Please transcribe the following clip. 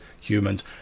humans